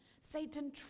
Satan